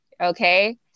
Okay